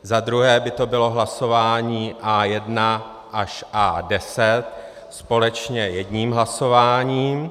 Zadruhé by to bylo hlasování A1 až A10 společně jedním hlasováním.